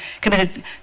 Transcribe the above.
committed